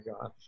God